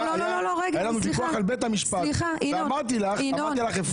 היה לנו ויכוח על בית המשפט ואמרתי לך פעם